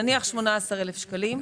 נניח 18,000 שקלים.